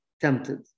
tempted